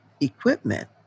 equipment